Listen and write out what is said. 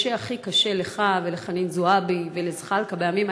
מה שהכי קשה לך ולחנין זועבי ולזחאלקה בימים